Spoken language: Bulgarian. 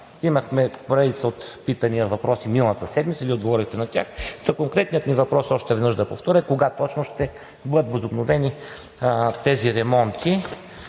Имахме поредица от питания, въпроси, миналата седмица и Вие отговорихте на тях. Конкретният ми въпрос, още веднъж да повторя, е: кога точно ще бъдат възобновени тези ремонти